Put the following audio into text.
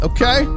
Okay